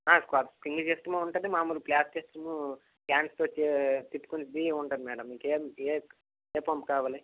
కొత్త pin system ఉంటుంది మామూలు ప్లాష్ సిస్టము హ్యాండ్తో పెట్టుకుని బి ఉంటుంది మేడం ఇంకా ఏం ఏం ఏ పంపు కావాలి